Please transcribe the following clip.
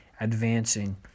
advancing